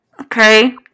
Okay